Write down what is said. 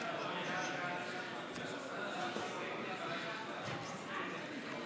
של חבר הכנסת יעקב פרי לפני סעיף 1 לא נתקבלה.